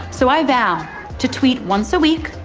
so i vow to tweet once a week,